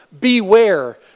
beware